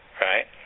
right